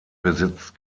besitzt